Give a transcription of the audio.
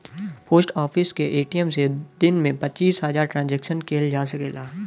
post office के ATM से दिन में पचीस हजार ट्रांसक्शन किहल जा सकला